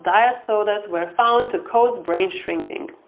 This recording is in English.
diet sodas were found to cause brain shrinking.